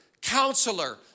counselor